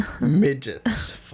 midgets